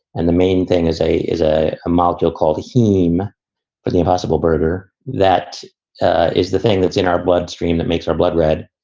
and the main thing is a is a a molecule called heme for the impossible burger. that is the thing that's in our bloodstream that makes our blood red.